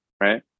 Right